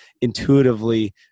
intuitively